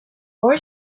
boy